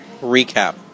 Recap